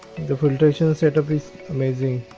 the filtration setup is amazing